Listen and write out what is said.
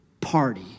Party